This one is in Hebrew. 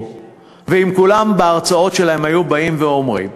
ואם כולם בהרצאות שלהם היו באים ואומרים: